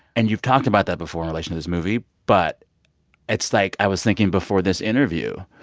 and you've talked about that before in relation to this movie. but it's like i was thinking before this interview,